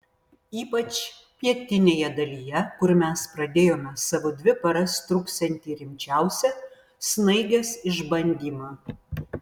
ypač pietinėje dalyje kur mes pradėjome savo dvi paras truksiantį rimčiausią snaigės išbandymą